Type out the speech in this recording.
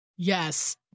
Yes